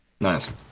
Nice